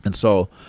and so,